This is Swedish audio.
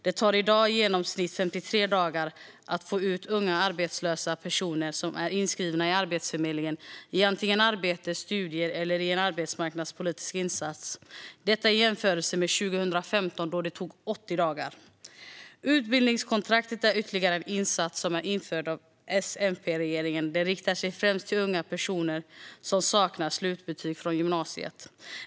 Det tar i dag i genomsnitt 53 dagar att få ut unga arbetslösa personer som är inskrivna på Arbetsförmedlingen i arbete, studier eller en arbetsmarknadspolitisk insats - detta i jämförelse med 2015 då det tog 80 dagar. Utbildningskontraktet är ytterligare en insats som är införd av SMPregeringen. Den riktar sig främst till unga personer som saknar slutbetyg från gymnasiet.